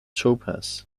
topaz